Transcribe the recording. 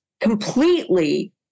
completely